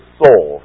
soul